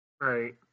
Right